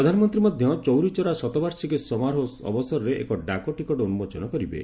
ପ୍ରଧାନମନ୍ତ୍ରୀ ମଧ୍ୟ ଚୌରୀ ଚୋରା ଶତବାର୍ଷିକୀ ସମାରୋହ ଅବସରରେ ଏକ ଡାକଟିକେଟ ଉନ୍ଜୋଚନ କରିବେ